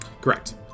Correct